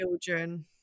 children